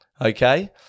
okay